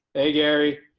hey gary.